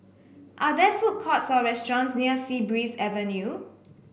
are there food courts or restaurants near Sea Breeze Avenue